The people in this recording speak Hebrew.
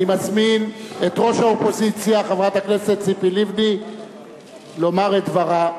אני מזמין את ראש האופוזיציה חברת הכנסת ציפי לבני לומר את דברה.